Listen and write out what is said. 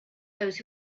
those